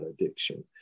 addiction